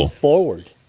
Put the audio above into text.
forward